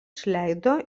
išleido